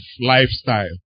lifestyle